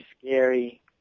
scary